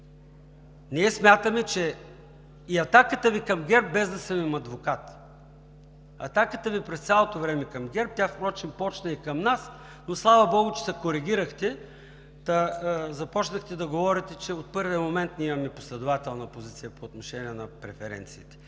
ние смятаме, че и атаката Ви към ГЕРБ, без да съм им адвокат, атаката Ви през цялото време към ГЕРБ, тя впрочем почна и към нас, но слава богу, че се коригирахте и започнахте да говорите, че от първия момент, ние имаме последователна позиция по отношение на преференциите.